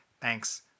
thanks